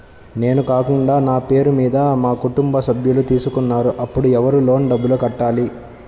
నేను కాకుండా నా పేరు మీద మా కుటుంబ సభ్యులు తీసుకున్నారు అప్పుడు ఎవరు లోన్ డబ్బులు కట్టాలి?